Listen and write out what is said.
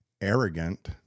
arrogant